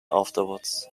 afterwards